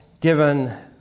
given